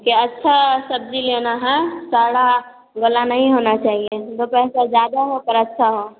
क्या अच्छा सब्जी लेना है सड़ा गला नहीं होना चाहिए दो पैसा ज्यादा हो पर अच्छा हो